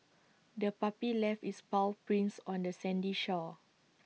the puppy left its paw prints on the sandy shore